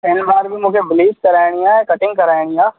हिन बार बि मूंखे ब्लीच कराइणी आहे कटिंग कराइणी आहे